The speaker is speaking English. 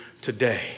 today